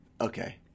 Okay